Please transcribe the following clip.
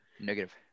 Negative